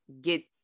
get